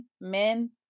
men